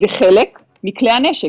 זה חלק מכלי הנשק.